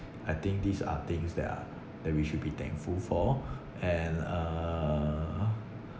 I think these are things that are that we should be thankful for and uh